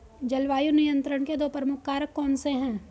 जलवायु नियंत्रण के दो प्रमुख कारक कौन से हैं?